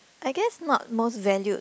I guess not most valued